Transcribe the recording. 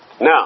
Now